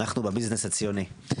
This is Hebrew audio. אנחנו בביזנס הציוני.